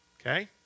Okay